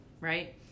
right